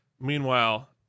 meanwhile